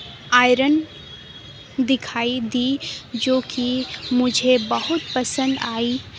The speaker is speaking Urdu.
آئرن دکھائی دی جوکہ مجھے بہت پسند آئی